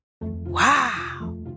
Wow